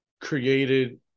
created